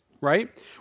right